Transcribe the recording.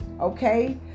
okay